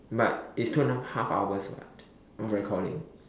but it's two and a half half hours [what] of recording